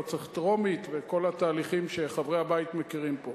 לא צריך טרומית וכל התהליכים שחברי הבית מכירים פה.